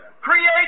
Create